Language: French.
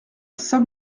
saint